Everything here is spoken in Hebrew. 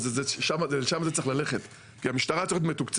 כי המשטרה צריכה להיות מתוקצבת,